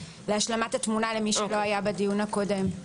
זה להשלמת התמונה למי שלא היה בדיון הקודם.